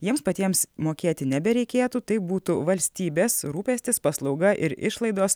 jiems patiems mokėti nebereikėtų tai būtų valstybės rūpestis paslauga ir išlaidos